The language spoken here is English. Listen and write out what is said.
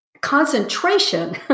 concentration